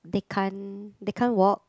they can't they can't walk